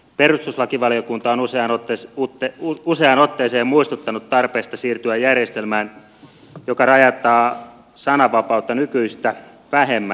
perustuslakivaliokunta on useaan otteeseen muistuttanut tarpeesta siirtyä järjestelmään joka rajoittaa sananvapautta nykyistä vähemmän